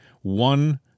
one